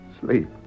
Sleep